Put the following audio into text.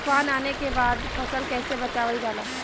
तुफान आने के बाद फसल कैसे बचावल जाला?